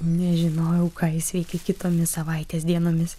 nežinojau ką jis veikė kitomis savaitės dienomis